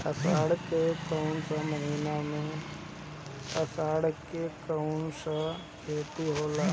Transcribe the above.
अषाढ़ मे कौन सा खेती होला?